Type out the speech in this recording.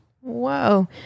Whoa